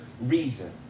reason